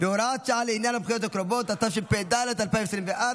והוראות שעה לעניין הבחירות הקרובות, התשפ"ד 2024,